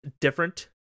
different